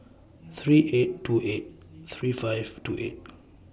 three eight two eight three five two eight